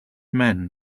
men